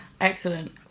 excellent